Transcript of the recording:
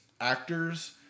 actors